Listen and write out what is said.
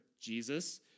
Jesus